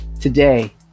Today